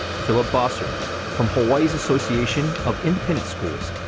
philip bossert from hawai'i's association of independent schools.